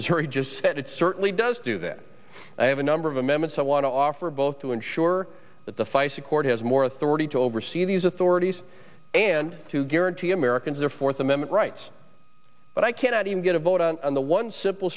missouri just said it certainly does do that i have a number of amendments i want to offer both to ensure that the feisty court has more authority to oversee these authorities and to guarantee americans their fourth amendment rights but i cannot even get a vote on the one simple